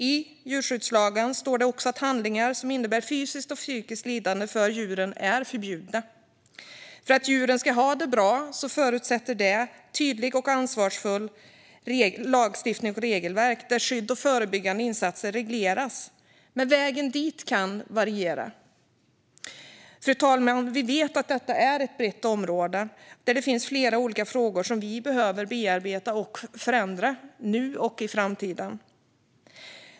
I djurskyddslagen står det också att handlingar som innebär fysiskt och psykiskt lidande för djuren är förbjudna. Att djuren ska ha det bra förutsätter tydlig och ansvarsfull lagstiftning och regelverk där skydd och förebyggande insatser regleras, men va ̈gen dit kan variera. Fru talman! Vi vet att detta är ett brett område där det finns flera olika frågor som vi behöver bearbeta och förändra, nu och i framtiden.